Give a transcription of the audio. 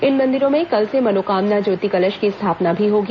इन मंदिरों में कल से मनोकामना ज्योति कलश की स्थापना भी होगी